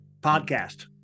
podcast